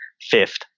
fifth